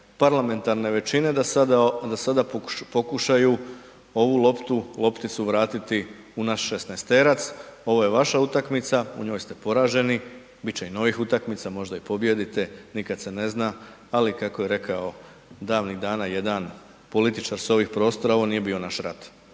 parlamentarne većine da sada pokušaju ovu loptu, lopticu vratiti u naš šesnaesterac, ovo je vaša utakmica, u njoj ste poraženi, bit će i novih utakmica možda i pobijedite, nikad se ne zna, ali kako je rekao davnih dana jedan političar s ovih prostora ovo nije bio naš rat,